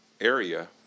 area